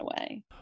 away